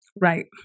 Right